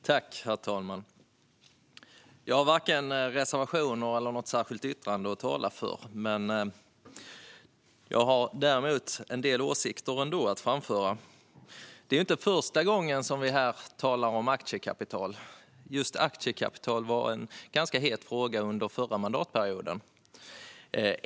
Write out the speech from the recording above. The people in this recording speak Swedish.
Herr talman! Jag har varken reservationer eller något särskilt yttrande att tala för, men jag har en del åsikter att framföra ändå. Det är inte första gången vi talar om aktiekapital. Just aktiekapital var en ganska het fråga under förra mandatperioden.